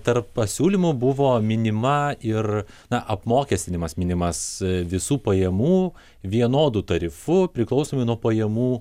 tarp pasiūlymų buvo minima ir na apmokestinimas minimas visų pajamų vienodu tarifu priklausomai nuo pajamų